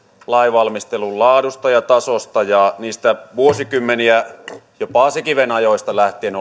lainvalmistelun laadusta ja tasosta ja niistä vuosikymmeniä jo paasikiven ajoista lähtien